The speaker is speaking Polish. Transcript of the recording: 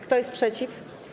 Kto jest przeciw?